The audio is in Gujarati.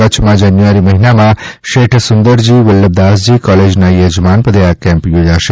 કચ્છમાં જાન્યુઆરી મહિનામાં શેઠ સુંદરજી વલ્લભદાસજી કોલેજના યજમાન પદે આ કેમ્પ યોજાશે